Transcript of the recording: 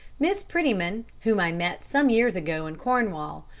miss prettyman, whom i met some years ago in cornwall,